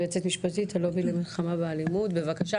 יועצת משפטית, הלובי למלחמה באלימות, בבקשה.